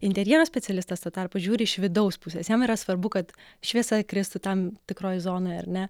interjero specialistas tuo tarpu žiūri iš vidaus pusės jam yra svarbu kad šviesa kristų tam tikroje zonoje ar ne